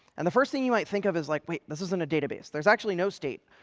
and the first thing you might think of is, like wait, this isn't a database. there's actually no state.